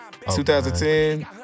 2010